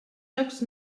jocs